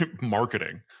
marketing